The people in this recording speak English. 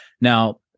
Now